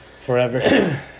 Forever